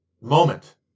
moment